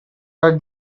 your